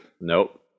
nope